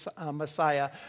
Messiah